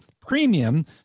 premium